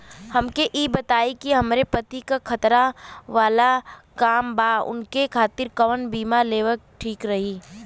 हमके ई बताईं कि हमरे पति क खतरा वाला काम बा ऊनके खातिर कवन बीमा लेवल ठीक रही?